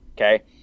Okay